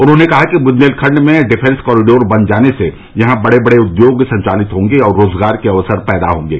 उन्होंने कहा कि बुंदेलखंड में डिफेंस कॉरिडोर बन जाने से यहां बड़े बड़े उद्योग संचालित होंगे और रोजगार के अवसर पैदा होंगे